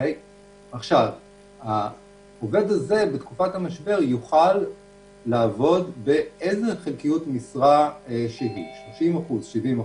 בתקופת המשבר העובד הזה יוכל לעבוד באיזו חלקיות משרה שהיא: 60%-70%.